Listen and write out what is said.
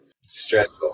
Stressful